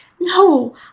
no